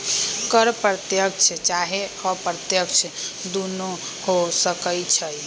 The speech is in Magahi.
कर प्रत्यक्ष चाहे अप्रत्यक्ष दुन्नो हो सकइ छइ